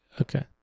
Okay